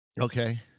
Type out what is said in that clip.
Okay